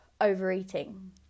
overeating